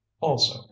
Also